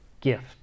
gift